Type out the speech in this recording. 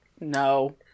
no